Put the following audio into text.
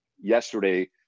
yesterday